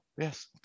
yes